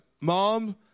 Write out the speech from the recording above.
mom